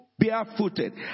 Barefooted